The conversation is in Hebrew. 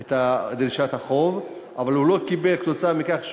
את דרישת החוב אבל הוא לא קיבל אותה כתוצאה מכך,